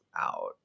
out